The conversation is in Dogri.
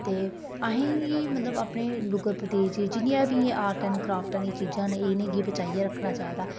ते असेंगी मतलब अपने डुगर प्रदेश च जिन्नी बी आर्ट एंड क्राफ्ट आह्ली चीजां न एह् इ'नेंगी बचाइयै रक्खना चाहिदा